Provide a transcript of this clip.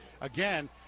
again